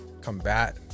combat